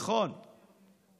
נכון,